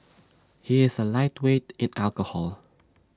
he is A lightweight in alcohol